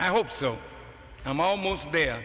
i hope so i'm almost there